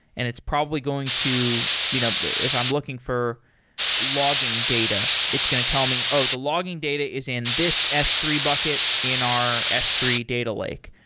and it's probably going to you know if i'm looking for logging data, it's going to tell me, oh, the logging data is in this s three bucket in our s three data lake.